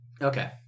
okay